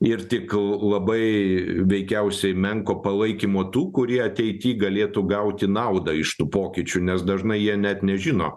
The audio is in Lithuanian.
ir tik labai veikiausiai menko palaikymo tų kurie ateity galėtų gauti naudą iš tų pokyčių nes dažnai jie net nežino